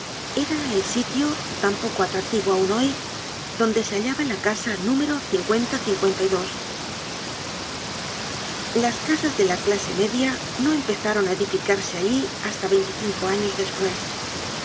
era el sitio tan poco atractivo aun hoy donde se hallaba ja casa número las casas de la clase media no empezaron á edificarse allí hasta veinticinco años despues